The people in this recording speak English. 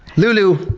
lulu,